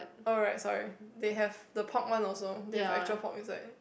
alright sorry they have the pork one also they have actual pork inside